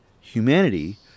Humanity